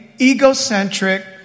egocentric